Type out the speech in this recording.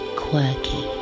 quirky